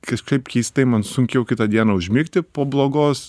kažkaip keistai man sunkiau kitą dieną užmigti po blogos